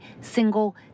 single